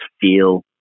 feel